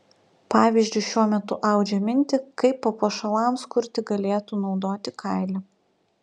pavyzdžiui šiuo metu audžia mintį kaip papuošalams kurti galėtų naudoti kailį